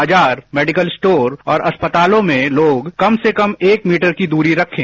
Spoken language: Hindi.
बाजार मेडिकल स्टोर और अस्पतालों में लोग कम से कम एक मीटर की दूरी रखें